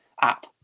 app